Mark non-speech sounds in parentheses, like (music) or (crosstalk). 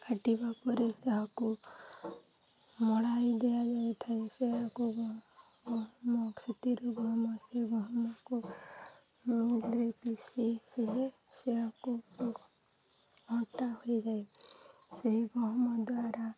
କାଟିବା ପରେ ତାହାକୁ ମଡ଼ାଇ ଦିଆଯାଇଥାଏ ସେଇୟାକୁ (unintelligible) ଗହମ ସେଥିରୁ ଗହମ ସେ ଗହମକୁ (unintelligible) ସେ ସେଆକୁ ଅଣ୍ଟା ହୋଇଯାଏ ସେହି ଗହମ ଦ୍ୱାରା